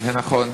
זה נכון.